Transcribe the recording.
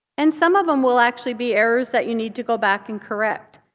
and some of them will actually be errors that you need to go back and correct.